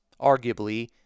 arguably